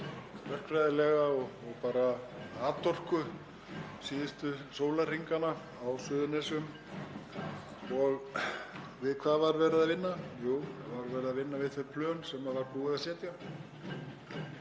og bara af atorku síðustu sólarhringana á Suðurnesjum. Við hvað var verið að vinna? Jú, það var verið að vinna við þau plön sem var búið að setja.